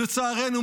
לצערנו,